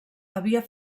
havia